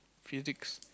physics